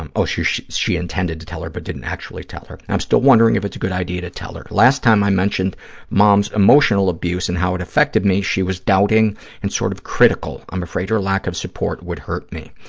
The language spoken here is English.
oh, she she intended to tell her but didn't actually tell her. i'm still wondering if it's a good idea to tell her. last time i mentioned mom's emotional abuse and how it affected me, she was doubting and sort of critical. i'm afraid her lack of support would hurt me.